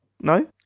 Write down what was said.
No